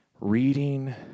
Reading